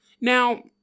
Now